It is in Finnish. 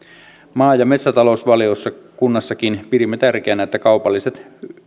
maa ja metsätalousvaliokunnassakin pidimme tärkeänä että kaupalliset